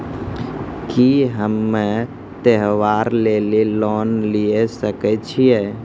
की हम्मय त्योहार लेली लोन लिये सकय छियै?